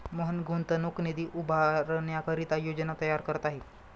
मोहन गुंतवणूक निधी उभारण्याकरिता योजना तयार करत आहे